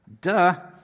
Duh